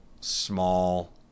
small